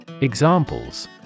Examples